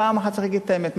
פעם אחת צריך להגיד את האמת.